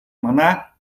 манай